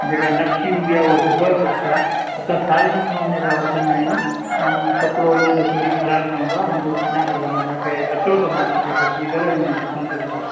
जेका नक़्शी हूंदी आहे उहा ज़बरदस्तु आहे असां सालनि खां उनखां वठंदा आहियूं ऐं कपिड़ो उनजो कॾहिं ख़राब न हूंदो आहे मुंहिंजो सुञातलु आहे मां तव्हांखे अचो त मां तव्हांखे गॾिजी करे हुन जी दुकान ते वठी वेंदुमि